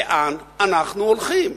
לאן אנחנו הולכים?